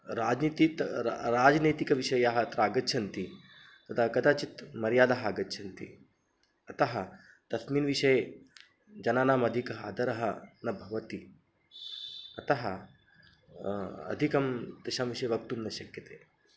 राजनीतिः तु राजनैतिकविषयाः अत्र आगच्छन्ति तदा कदाचित् मर्यादा आगच्छन्ति अतः तस्मिन् विषये जनानाम् अधिकः आधारः न भवति अतः अधिकं तेषां विषये वक्तुं न शक्यते